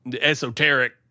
esoteric